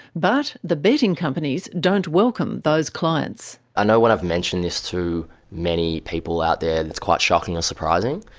but the betting companies don't welcome those clients. i know when i've mentioned this to many people out there it's quite shocking or surprising,